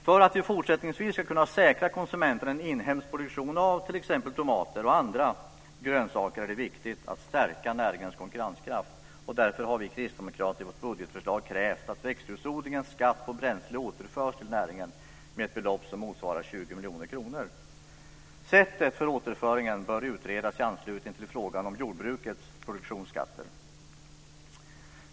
För att vi fortsättningsvis ska kunna säkra konsumenten en inhemsk produktion av t.ex. tomater och andra grönsaker är det viktigt att stärka näringens konkurrenskraft. Därför har vi kristdemokrater i vårt budgetförslag krävt att växthusodlingens skatt på bränsle återförs till näringen med ett belopp som motsvarar 20 miljoner kronor. Sättet för återföringen bör utredas i anslutning till frågan om jordbrukets produktionsskatter.